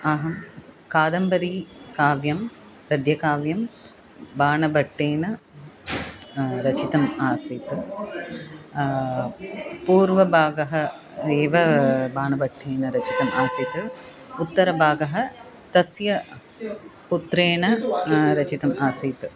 अहं कादम्बरीकाव्यं गद्यकाव्यं बाणभट्टेन रचितम् आसीत् पूर्वभागं एव बाणभट्टेन रचितम् आसीत् उत्तरभागः तस्य पुत्रेण रचितम् आसीत्